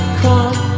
come